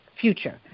future